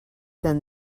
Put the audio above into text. then